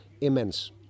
immense